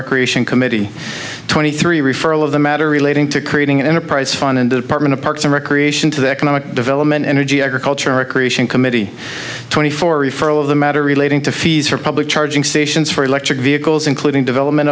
recreation committee twenty three referral of the matter relating to creating an enterprise fund and department of parks and recreation to the economic development energy agriculture recreation committee twenty four referral of the matter relating to fees for public charging stations for electric vehicles including development